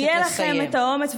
אולי עכשיו יהיה לכם את האומץ,